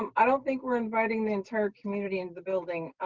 um i don't think we're inviting the entire community and the building,